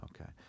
Okay